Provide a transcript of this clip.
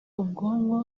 ubwonko